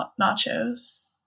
nachos